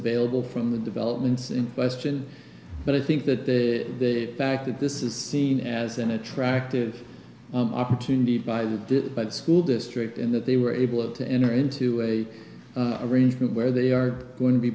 available from the developments in question but i think that the fact that this is seen as an attractive opportunity by the but school district in that they were able to enter into a arrangement where they are going to be